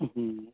হুম